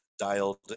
dialed